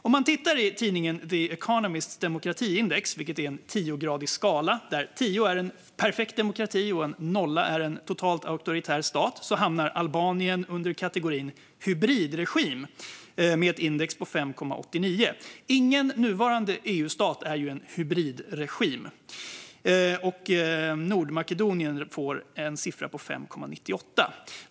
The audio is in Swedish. Om man tittar på tidningen The Economists demokratiindex, som är en tiogradig skala där en tia är en perfekt demokrati och en nolla är en totalt auktoritär stat, ser man att Albanien hamnar i kategorin hybridregim med ett index på 5,89. Ingen nuvarande EU-stat är en hybridregim. Nordmakedonien får ett index på 5,98.